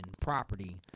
property